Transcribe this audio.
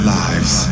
lives